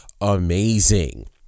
amazing